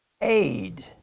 aid